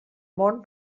món